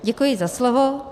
Děkuji za slovo.